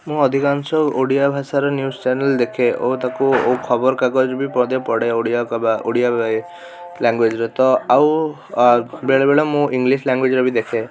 ମୁଁ ଅଧିକାଂଶ ଓଡ଼ିଆ ଭାଷାର ନ୍ୟୁଜ୍ ଚ୍ୟାନେଲ୍ ଦେଖେ ଓ ତାକୁ ଓ ଖବରକାଗଜ ବି ପଢ଼େ ଓଡ଼ିଆ ଓଡ଼ିଆ ଲାଙ୍ଗୁଏଜ୍ରେ ତ ଆଉ ବେଳେବେଳେ ମୁଁ ଇଂଲିଶ ଲାଙ୍ଗୁଏଜ୍ର ବି ଦେଖେ